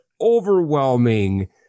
overwhelming